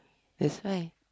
that's why